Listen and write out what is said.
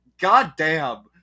goddamn